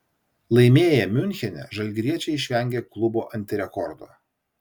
laimėję miunchene žalgiriečiai išvengė klubo antirekordo